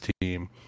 team